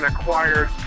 acquired